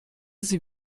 sie